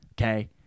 okay